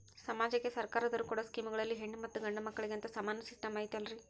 ಸಮಾಜಕ್ಕೆ ಸರ್ಕಾರದವರು ಕೊಡೊ ಸ್ಕೇಮುಗಳಲ್ಲಿ ಹೆಣ್ಣು ಮತ್ತಾ ಗಂಡು ಮಕ್ಕಳಿಗೆ ಅಂತಾ ಸಮಾನ ಸಿಸ್ಟಮ್ ಐತಲ್ರಿ?